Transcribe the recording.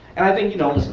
i think you know,